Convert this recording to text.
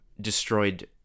destroyed